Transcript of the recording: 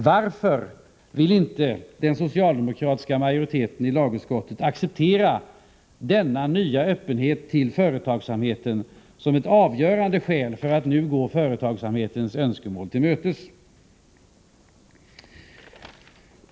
Varför vill inte den socialdemokratiska majoriteten i lagutskottet acceptera denna nya öppenhet till företagsamheten som ett avgörande skäl för att nu gå företagsamhetens önskemål till mötes?